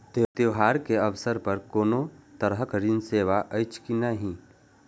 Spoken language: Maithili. त्योहार के अवसर पर कोनो तरहक ऋण सेवा अछि कि नहिं?